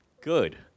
Good